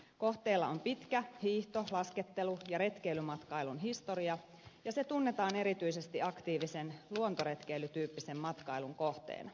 kohteella on pitkä hiihto laskettelu ja retkeilymatkailun historia ja se tunnetaan erityisesti aktiivisen luontoretkeilytyyppisen matkailun kohteena